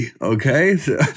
okay